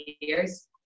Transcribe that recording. years